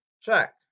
Check